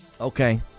okay